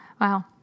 Wow